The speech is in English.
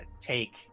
take